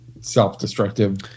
self-destructive